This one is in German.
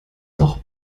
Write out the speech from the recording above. doch